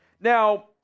Now